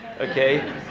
okay